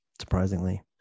surprisingly